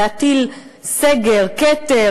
להטיל סגר, כתר.